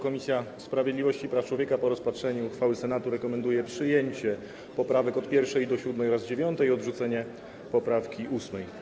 Komisja Sprawiedliwości i Praw Człowieka po rozpatrzeniu uchwały Senatu rekomenduje przyjęcie poprawek od 1. do 7. oraz 9. i odrzucenie poprawki 8.